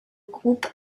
groupe